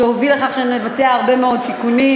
שהוביל לכך שנבצע הרבה מאוד תיקונים.